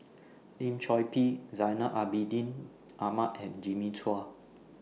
Lim Chor Pee Zainal Abidin Ahmad and Jimmy Chua